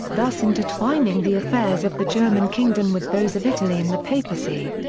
thus intertwining the affairs of the german kingdom with those of italy and the papacy.